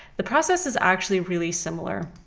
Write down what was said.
the process is actually really similar.